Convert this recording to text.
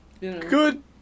Good